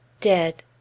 Dead